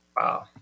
Wow